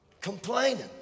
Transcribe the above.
Complaining